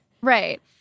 Right